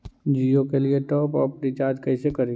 जियो के लिए top up recharge कैसे करी?